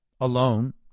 alone